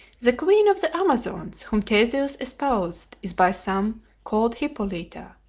the queen of the amazons whom theseus espoused is by some called hippolyta.